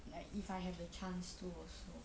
like if I have the chance to also